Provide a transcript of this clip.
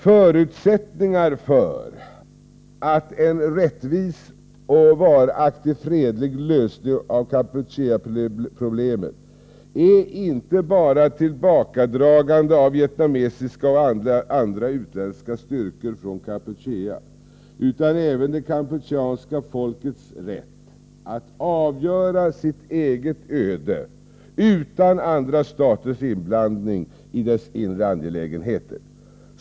Förutsättningar för en rättvis och varaktig fredlig lösning av Kampucheaproblemet är inte bara tillbakadragande av vietnamesiska och andra utländska styrkor från Kampuchea utan även det kampucheanska folkets rätt att avgöra sitt eget öde utan andra staters inblandning i deras inre angelägenheter.